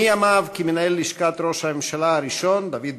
מימיו כמנהל לשכת ראש הממשלה הראשון דוד בן-גוריון,